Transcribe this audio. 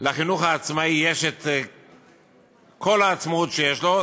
שלחינוך העצמאי יש את כל העצמאות שיש לו.